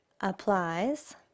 applies